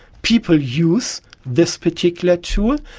people use this particular tool.